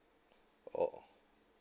oh